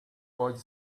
pode